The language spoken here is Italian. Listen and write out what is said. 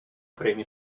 premi